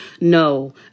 No